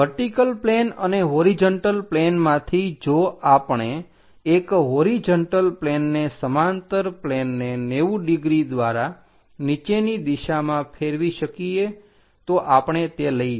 vertical plane અને horizontal પ્લેનમાંથી જો આપણે એક હોરીજન્ટલ પ્લેનને સમાંતર પ્લેનને 90 ડિગ્રી દ્વારા નીચેની દિશામાં ફેરવી શકીએ તો આપણે તે લઈએ